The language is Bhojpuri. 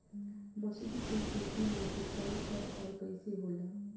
मसुरी के खेती में सिंचाई कब और कैसे होला?